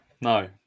No